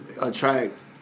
attract